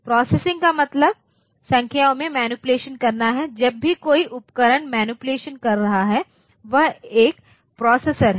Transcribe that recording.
processing का मतलब संख्याओं में मैनीपुलेशन करना है जब भी कोई उपकरण मैनीपुलेशन कर रहा है वह एक प्रोसेसर है